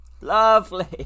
Lovely